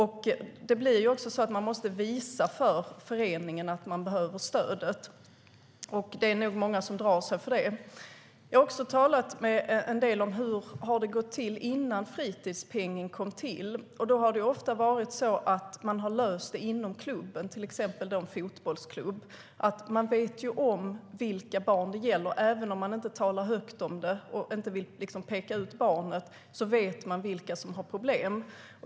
Man måste också visa föreningen att man behöver stödet, och det är nog många som drar sig för det. Jag har talat med en del om hur det har gått till innan fritidspengen kom till. Då har det ofta varit så att man har löst det inom klubben, till exempel en fotbollsklubb. Klubben vet vilka barn det gäller. Även om man inte talar högt om det och inte vill peka ut barnet vet man vilka som har problem.